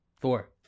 four